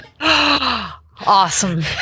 Awesome